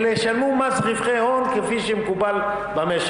אלא הם ישלמו מס רווחי הון כפי שמקובל במשק.